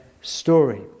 story